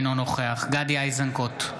אינו נוכח גדי איזנקוט,